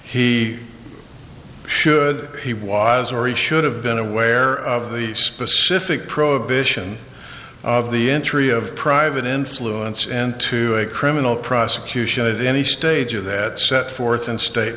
he should he was or he should have been aware of the specific prohibition of the entry of private influence and to criminal prosecution of any stage of that set forth in state